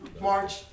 March